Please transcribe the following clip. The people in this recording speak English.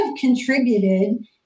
contributed